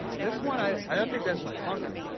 this one, i don't think that's my pumpkin.